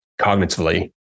cognitively